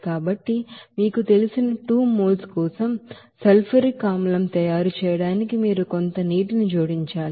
కాబట్టి మీకు తెలిసిన ఆ 2 మోల్స్ కోసం సల్ఫ్యూరిక్ ಆಸಿಡ್ తయారు చేయడానికి మీరు కొంత నీటిని జోడించాలి